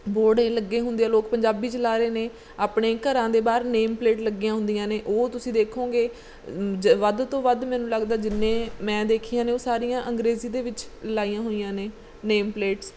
board ਏ ਲੱਗੇ ਹੁੰਦੇ ਆ ਲੋਕ ਪੰਜਾਬੀ 'ਚ ਲਗਾ ਰਹੇ ਨੇ ਆਪਣੇ ਘਰਾਂ ਦੇ ਬਾਹਰ ਨੇਮ ਪਲੇਟ ਲੱਗੀਆਂ ਹੁੰਦੀਆਂ ਨੇ ਉਹ ਤੁਸੀਂ ਦੇਖੋਂਗੇ ਜ ਵੱਧ ਤੋਂ ਵੱਧ ਮੈਨੂੰ ਲੱਗਦਾ ਜਿੰਨੇ ਮੈਂ ਦੇਖੀਆਂ ਨੇ ਉਹ ਸਾਰੀਆਂ ਅੰਗਰੇਜ਼ੀ ਦੇ ਵਿੱਚ ਲਗਾਈਆਂ ਹੋਈਆਂ ਨੇ ਨੇਮ ਪਲੇਟਸ